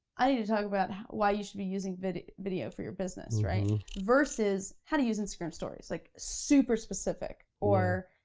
i need to talk about why you should be using video of for your business, right, versus, how to use instagram stories, like super specific. or,